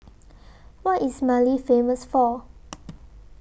What IS Mali Famous For